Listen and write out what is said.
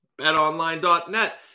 betonline.net